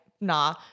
Nah